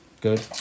Good